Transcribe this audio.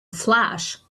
flash